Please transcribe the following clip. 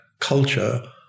culture